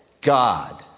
God